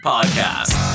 Podcast